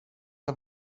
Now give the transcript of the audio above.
det